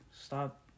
Stop